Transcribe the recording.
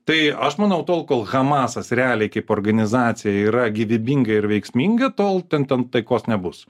tai aš manau tol kol hamas realiai kaip organizacija yra gyvybinga ir veiksminga tol ten taikos nebus